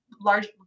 large